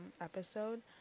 episode